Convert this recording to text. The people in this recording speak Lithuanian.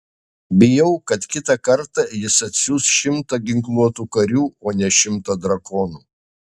bijau kad kitą kartą jis atsiųs šimtą ginkluotų karių o ne šimtą drakonų